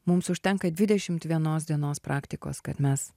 mums užtenka dvidešimt vienos dienos praktikos kad mes